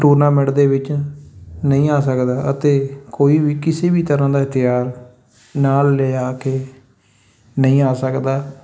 tournament ਦੇ ਵਿੱਚ ਨਹੀਂ ਆ ਸਕਦਾ ਅਤੇ ਕੋਈ ਵੀ ਕਿਸੇ ਵੀ ਤਰ੍ਹਾਂ ਦਾ ਹਥਿਆਰ ਨਾਲ ਲਿਆ ਕੇ ਨਹੀਂ ਆ ਸਕਦਾ